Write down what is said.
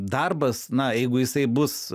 darbas na jeigu jisai bus